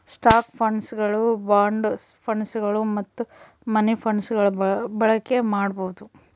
stock ಫಂಡ್ಗಳನ್ನು bond ಫಂಡ್ಗಳು ಮತ್ತು ಮನಿ ಫಂಡ್ಗಳ ಬಳಕೆ ಮಾಡಬೊದು